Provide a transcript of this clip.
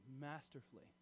masterfully